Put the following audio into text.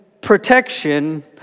protection